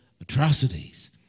atrocities